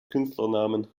künstlernamen